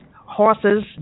horses